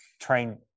train